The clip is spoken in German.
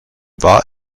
war